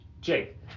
Jake